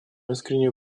искреннюю